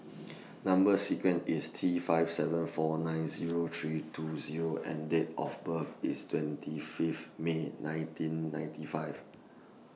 Number sequence IS T five seven four nine Zero three two Zero and Date of birth IS twenty Fifth May nineteen ninety five